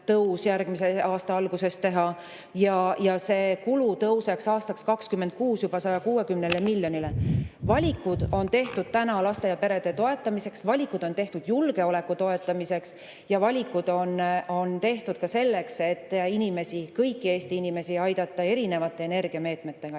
tõus järgmise aasta alguses teha. Ja see kulu tõuseks aastaks 2026 juba 160 miljonini. Valikud on tehtud laste ja perede toetamiseks, valikud on tehtud julgeoleku toetamiseks ja valikud on tehtud ka selleks, et inimesi – kõiki Eesti inimesi – aidata erinevate energiameetmetega.